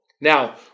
Now